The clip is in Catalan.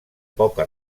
poca